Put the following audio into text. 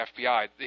FBI